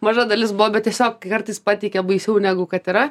maža dalis buvo bet tiesiog kartais pateikia baisiau negu kad yra